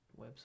website